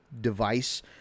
device